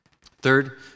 Third